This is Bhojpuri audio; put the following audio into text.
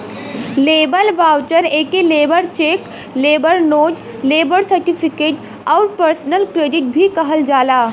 लेबर वाउचर एके labour cheque, labour note, labour certificate आउर पर्सनल क्रेडिट भी कहल जाला